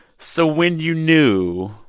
so when you knew,